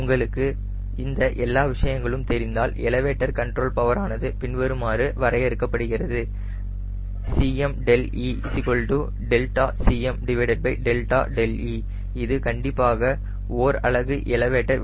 உங்களுக்கு இந்த எல்லா விஷயங்களும் தெரிந்தால் எலவேட்டர் கண்ட்ரோல் பவர் ஆனது பின்வருமாறு வரையறுக்கப்படுகிறது Cme Cme இது கண்டிப்பாக ஓர் அலகு எலவேட்டர்